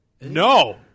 No